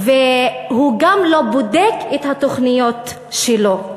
והוא גם לא בודק את התוכניות שלו.